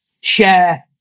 share